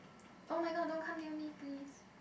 oh-my-god don't come near me please